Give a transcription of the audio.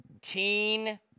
teen